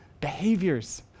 behaviors